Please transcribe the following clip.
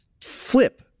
flip